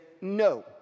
no